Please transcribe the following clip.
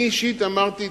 אני אישית אמרתי,